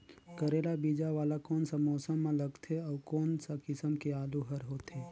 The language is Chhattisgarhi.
करेला बीजा वाला कोन सा मौसम म लगथे अउ कोन सा किसम के आलू हर होथे?